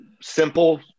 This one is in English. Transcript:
simple